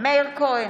מאיר כהן,